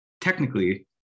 technically